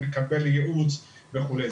לקבל ייעוץ וכדומה.